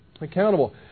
accountable